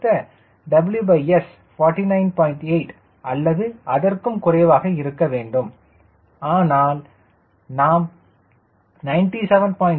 8 அல்லது அதற்கும் குறைவாக இருக்க வேண்டும் ஆனால் நாம் 97